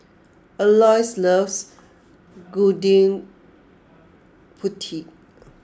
Aloys loves Gudeg Putih